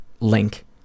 link